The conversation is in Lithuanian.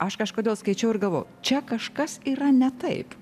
aš kažkodėl skaičiau ir galvojau čia kažkas yra ne taip